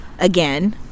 again